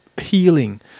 healing